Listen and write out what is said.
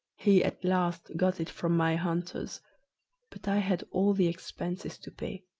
he at last got it from my hunters but i had all the expenses to pay.